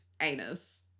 anus